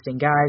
guys